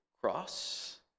cross